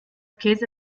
käse